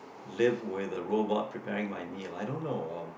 live with a robot preparing my meal I don't know um